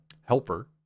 helper